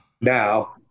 Now